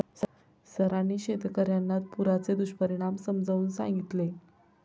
सरांनी शेतकर्यांना पुराचे दुष्परिणाम समजावून सांगितले